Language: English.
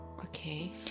Okay